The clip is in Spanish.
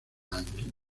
anguila